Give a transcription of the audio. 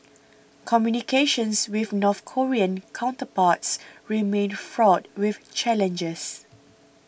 communications with North Korean counterparts remain fraught with challenges